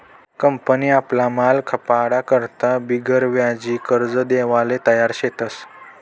company आपला माल खपाडा करता बिगरव्याजी कर्ज देवाले तयार शेतस